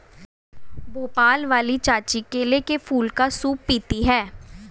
भोपाल वाली चाची केले के फूल का सूप पीती हैं